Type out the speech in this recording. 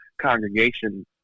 congregation